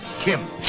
Kim